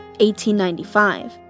1895